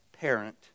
parent